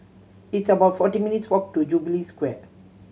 it's about forty minutes' walk to Jubilee Square